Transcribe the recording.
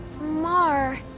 mar